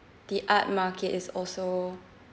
the art market is also